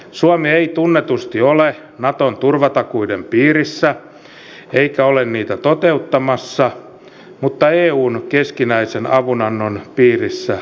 suomi ei tunnetusti ole naton turvatakuiden piirissä eikä ole niitä toteuttamassa mutta eun keskinäisen avunannon piirissä me olemme